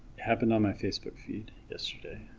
happened on my facebook feed yesterday